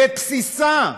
בבסיסה,